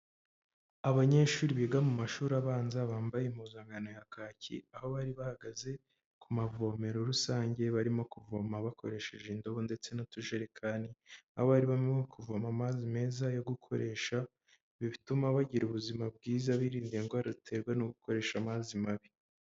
Abanyeshuri biga mu mashuri abanza bambaye impuzankano ya kaki, aho bari bahagaze ku mavomero rusange barimo kuvoma bakoresheje indobo ndetse n'utujerekani, aho barimo kuvoma amazi meza yo gukoresha ibituma bagira ubuzima bwiza birinda indwara baterwa no gukoresha amazi mabi.